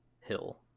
hill